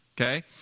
Okay